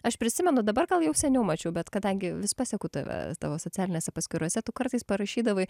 aš prisimenu dabar gal jau seniau mačiau bet kadangi vis paseku tave tavo socialinėse paskyrose tu kartais parašydavai